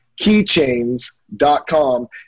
keychains.com